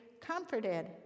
comforted